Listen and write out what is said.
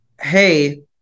hey